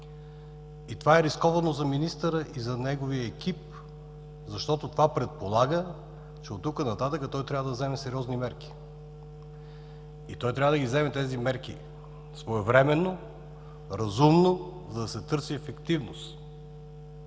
Това е рисковано и за министъра, и за неговия екип, защото това предполага, че оттук нататък той трябва да вземе сериозни мерки и трябва да ги вземе своевременно, разумно за да се търси ефективност.